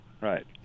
Right